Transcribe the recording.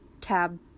Tab